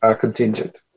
contingent